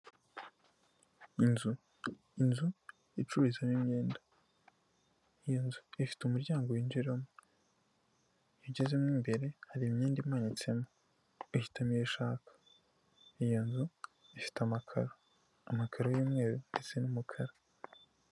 Inzu icurizwamo imyenda iyo nzu ifite umuryango winjiramo, ugezemo imbere hari imyenda imanitsemo uhitamo iyo ushaka, iyo nzu ifite amakararo amakaro y'umweru ndetse n'umukara.